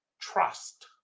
trust